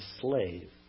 slave